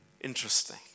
Interesting